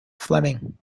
fleming